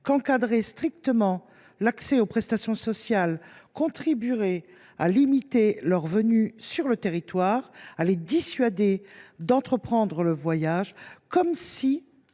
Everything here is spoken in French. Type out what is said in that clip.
encadrer strictement l’accès aux prestations sociales contribuerait à limiter leur venue sur le territoire et à les dissuader d’entreprendre le voyage. Mais